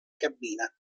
cabina